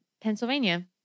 Pennsylvania